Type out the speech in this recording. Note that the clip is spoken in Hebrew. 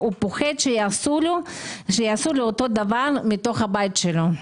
הוא פוחד שיעשו לו אותו הדבר מתוך הבית שלו.